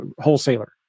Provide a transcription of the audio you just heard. wholesaler